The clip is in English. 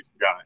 guy